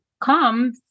come